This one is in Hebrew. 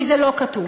כי זה לא כתוב.